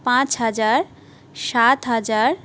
পাঁচ হাজার সাত হাজার